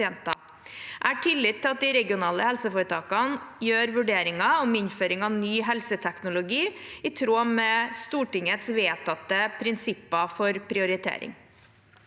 Jeg har tillit til at de regionale helseforetakene gjør vurderinger om innføring av ny helseteknologi i tråd med Stortingets vedtatte prinsipper for prioritering.